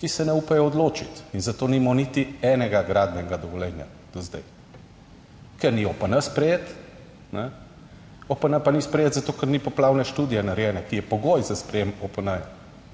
ki se ne upajo odločiti in zato nimamo niti enega gradbenega dovoljenja do zdaj, ker ni OPN sprejet. OPN pa ni sprejet zato, ker ni poplavne študije narejene, ki je pogoj za sprejem OPN,